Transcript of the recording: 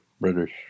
British